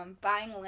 buying